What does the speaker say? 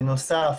בנוסף